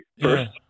First